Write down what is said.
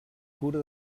cura